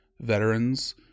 veterans